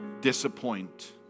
disappoint